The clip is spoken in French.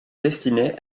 destiné